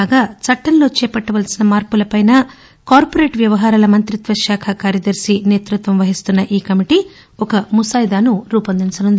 కాగా చట్టంలో చేపట్టాల్సిన మార్పులపై కార్పొరేట్ వ్యవహారాల మంతిత్వశాఖ కార్యదర్ని నేతృత్వం వహిస్తున్న ఈ కమిటీ ఒక ముసాయిదాను రూపొందించనుంది